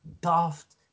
daft